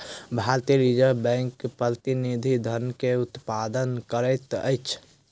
भारतीय reserve bank प्रतिनिधि धन के उत्पादन करैत अछि